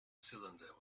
cylinder